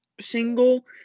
single